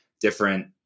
different